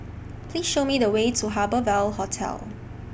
Please Show Me The Way to Harbour Ville Hotel